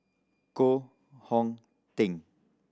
Koh Hong Teng